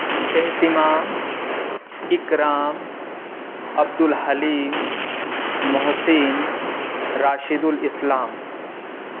اہتمام اکرام عبدالحلیم محسن راشدالاسلام